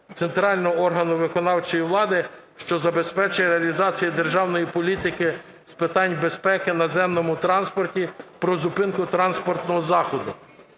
центрального органу виконавчої влади, що забезпечує реалізацію державної політики з питань безпеки в наземному транспорті про зупинку транспортного засобу.